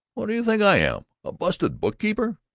what do you think i am? a busted bookkeeper?